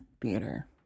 theater